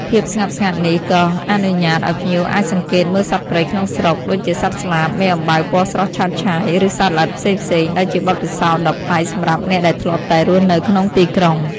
ភាពស្ងប់ស្ងាត់នេះក៏អនុញ្ញាតឲ្យភ្ញៀវអាចសង្កេតមើលសត្វព្រៃក្នុងស្រុក ដូចជាសត្វស្លាប មេអំបៅពណ៌ស្រស់ឆើតឆាយ ឬសត្វល្អិតផ្សេងៗ ដែលជាបទពិសោធន៍ដ៏ប្លែកសម្រាប់អ្នកដែលធ្លាប់តែរស់នៅក្នុងទីក្រុង។